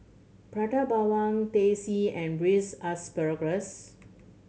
Prata Bawang Teh C and Braised Asparagus